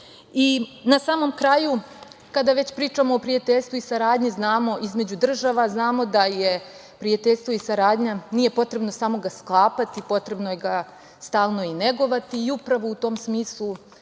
samom kraju kada već pričamo o prijateljstvu i saradnji između država, znamo da je prijateljstvo i saradnja, nije potrebno samo ga sklapati, potrebno ga je stalno i negovati i upravo u tom smislu